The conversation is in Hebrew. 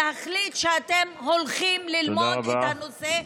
ואפשר להתעשת ולהחליט שאתם הולכים ללמוד את הנושא,